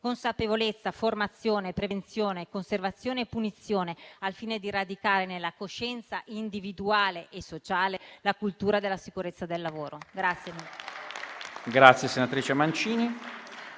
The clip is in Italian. Consapevolezza, formazione, prevenzione, conservazione e punizione, al fine di radicare nella coscienza individuale e sociale la cultura della sicurezza del lavoro.